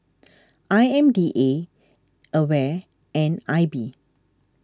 I M D A Aware and I B